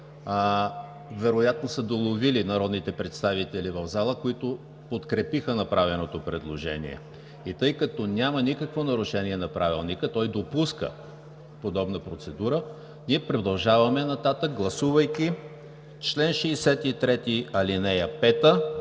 Вероятно са го доловили народните представители в залата, които подкрепиха направеното предложение. Няма никакво нарушение на Правилника, той допуска подобна процедура и продължаваме нататък, гласувайки чл. 63, ал. 5,